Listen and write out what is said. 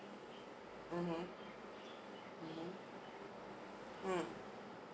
(uh huh) (uh huh) mm